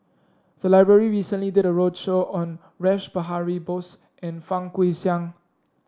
the library recently did a roadshow on Rash Behari Bose and Fang Guixiang